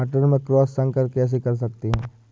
मटर में क्रॉस संकर कैसे कर सकते हैं?